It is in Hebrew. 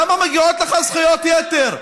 למה מגיעות לך זכויות יתר?